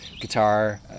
guitar